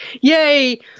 Yay